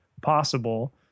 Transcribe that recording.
possible